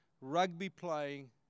rugby-playing